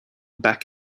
back